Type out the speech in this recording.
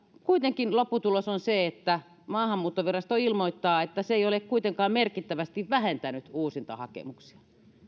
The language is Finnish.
kuitenkin lopputulos on se että maahanmuuttovirasto ilmoittaa että se ei ole kuitenkaan merkittävästi vähentänyt uusintahakemuksia